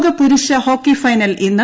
ലോക പുരുഷ hockey final ഇന്ന്